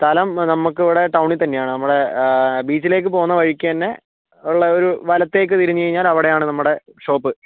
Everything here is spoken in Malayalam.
സ്ഥലം നമ്മൾക്ക് ഇവിടെ ടൗണിൽ തന്നെയാണ് നമ്മുടെ ബീച്ചിലേക്ക് പോകുന്ന വഴിക്ക് തന്നെ ഉള്ള ഒരു വലത്തേക്ക് തിരിഞ്ഞു കഴിഞ്ഞാൽ അവിടെയാണ് നമ്മുടെ ഷോപ്പ്